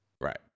Right